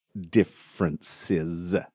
differences